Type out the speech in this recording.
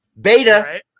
beta